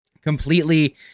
completely